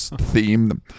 theme